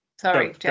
Sorry